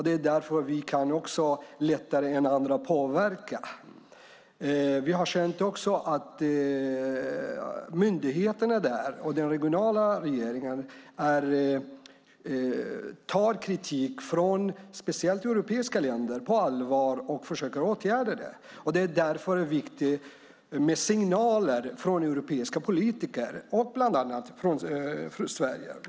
Det är därför vi har lättare än andra att påverka. Vi har också känt att myndigheterna och den regionala regeringen där tar kritik, speciellt från europeiska länder, på allvar och försöker åtgärda det. Därför är det viktigt med signaler från europeiska politiker, bland annat från Sverige.